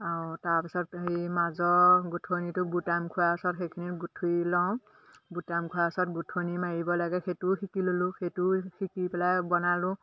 আৰু তাৰপিছত হেৰি মাজৰ গোঠনিটো গোটাম খোৱাৰ পাছত সেইখিনিত গুঠি লওঁ গোটাম খোৱাৰ পাছত গোঠনি মাৰিব লাগে সেইটোও শিকি ল'লোঁ সেইটো শিকি পেলাই বনালোঁ